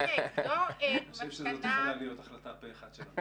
אני חושב שזאת יכולה להיות החלטה פה אחד של הוועדה.